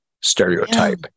Stereotype